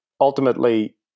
ultimately